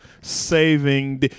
saving